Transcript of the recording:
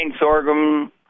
sorghum